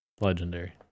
Legendary